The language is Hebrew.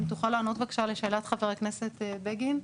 אם תוכל לענות בבקשה לשאלת חבר הכנסת בגין.